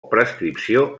prescripció